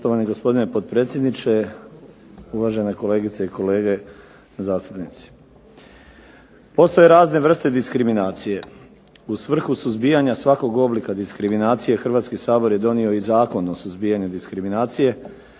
Postoje razne vrste diskriminacije. U svrhu suzbijanja svakog oblika diskriminacije HRvatski sabor je donio i Zakon o suzbijanju diskriminacije